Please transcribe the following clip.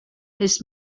his